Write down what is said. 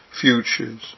futures